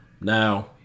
Now